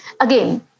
Again